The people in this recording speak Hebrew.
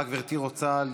אה, גברתי רוצה.